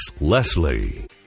Leslie